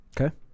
okay